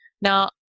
Now